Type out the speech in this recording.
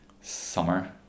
summer